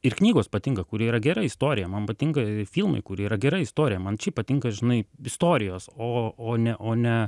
ir knygos patinka kur yra gera istorija man patinka filmai kur yra gera istorija man šiaip patinka žinai istorijos o o ne o ne